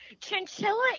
Chinchilla